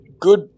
good